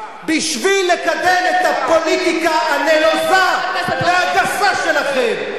בשביל לקדם את הפוליטיקה הנלוזה והגסה שלכם.